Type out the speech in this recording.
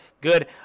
good